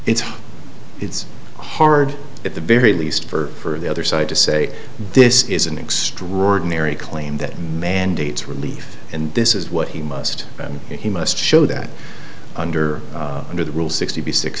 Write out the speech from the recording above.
it's it's hard at the very least for the other side to say this is an extraordinary claim that mandates relief and this is what he must then he must show that under under the rule sixty six